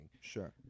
Sure